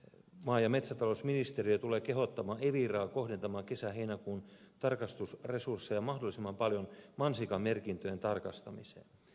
maa ja metsätalousministeriö tulee kehottamaan eviraa kohdentamaan kesäheinäkuun tarkastusresurssejaan mahdollisimman paljon mansikan merkintöjen tarkastamiseen